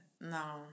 no